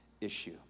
issue